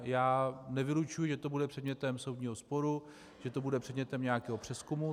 Já nevylučuji, že to bude předmětem soudního sporu, že to bude předmětem nějakého přezkumu.